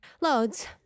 Loads